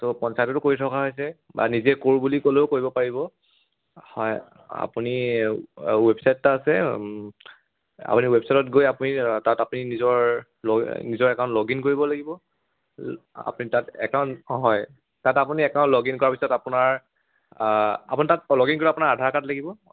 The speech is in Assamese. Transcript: তো পঞ্চায়ততো কৰি থকা হৈছে বা নিজে কৰোঁ বুলি ক'লেও কৰিব পাৰিব হয় আপুনি ৱেবচাইট এটা আছে আপুনি ৱেবচাইটত গৈ আপুনি তাত আপুনি নিজৰ নিজৰ একাউণ্ট লগ ইন কৰিব লাগিব আপুনি তাত একাউণ্ট হয় তাত আপুনি একাউণ্ট লগ ইন কৰাৰ পিছত আপোনাৰ আপুনি তাত লগ ইন কৰা আপোনাৰ আধাৰ কাৰ্ড লাগিব